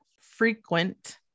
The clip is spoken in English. frequent